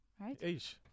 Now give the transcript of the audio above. Right